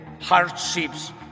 hardships